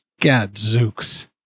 Gadzooks